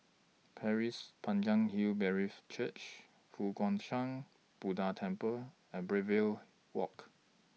Pasir Panjang Hill Brethren Church Fo Guang Shan Buddha Temple and Brookvale Walk